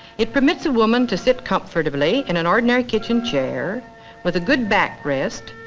it permits a woman to sit comfortably in an ordinary kitchen chair with a good back rest,